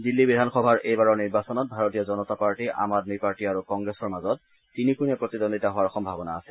দিল্লী বিধানসভাৰ এইবাৰৰ নিৰ্বাচনত ভাৰতীয় জনতা পাৰ্টি আম আদমি পাৰ্টি আৰু কংগ্ৰেছৰ মাজত তিনিকোণীয়া প্ৰতিদ্বন্দীতা হোৱাৰ সম্ভাৱনা আছে